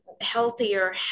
healthier